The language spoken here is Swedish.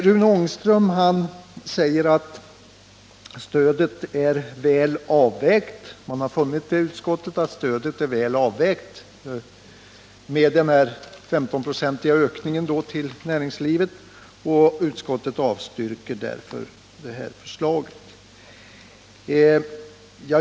Rune Ångström säger att man inom utskottet funnit att den 15 procentiga ökningen av stödet till näringslivet är väl avvägt. Utskottet avstyrkte därför vårt yrkande.